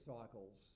cycles